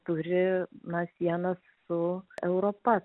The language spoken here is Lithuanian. turi na sienas su europa